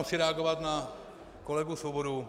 Chci jen reagovat na kolegu Svobodu.